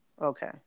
Okay